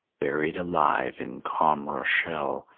buried alive in calm rochelle,